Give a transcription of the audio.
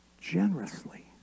generously